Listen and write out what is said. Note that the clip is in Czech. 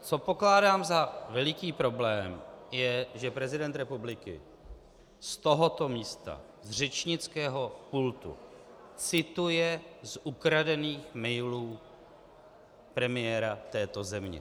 Co pokládám za veliký problém je, že prezident republiky z tohoto místa, z řečnického pultu cituje z ukradených mailů premiéra této země.